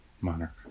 Monarch